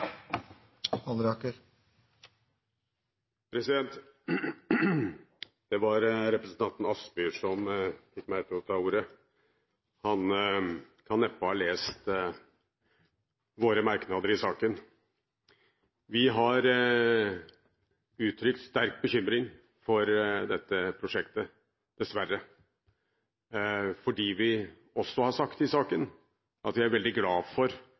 Og eg er glad for at fleirtalet ikkje står bak det forslaget. Det var representanten Kielland Asmyhr som fikk meg til å ta ordet. Han kan neppe ha lest våre merknader i saken. Vi har uttrykt sterk bekymring for dette prosjektet, dessverre, fordi vi også har sagt i saken at